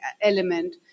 element